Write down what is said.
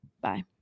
Bye